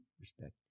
respect